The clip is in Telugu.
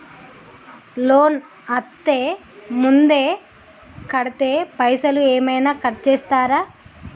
లోన్ అత్తే ముందే కడితే పైసలు ఏమైనా కట్ చేస్తరా?